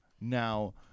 Now